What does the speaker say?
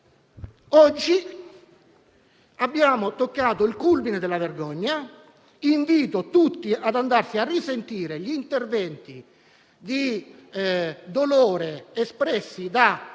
Oggi abbiamo toccato il culmine della vergogna. Invito tutti a riascoltare gli interventi di dolore espressi dai